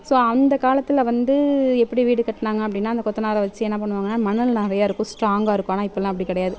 so அந்த காலத்தில் வந்து எப்படி வீடு கட்டினாங்க அப்படின்னா அந்த கொத்தனாரை வச்சு என்ன பண்ணுவாங்கனால் மணல் நிறையா இருக்கும் ஸ்ட்ராங்காக இருக்கும் ஆனால் இப்பெல்லாம் அப்படி கிடையாது